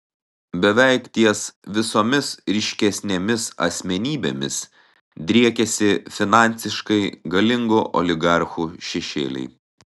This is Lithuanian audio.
beveik ties visomis ryškesnėmis asmenybėmis driekiasi finansiškai galingų oligarchų šešėliai